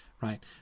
right